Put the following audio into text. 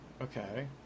Okay